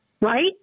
Right